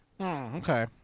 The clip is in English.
Okay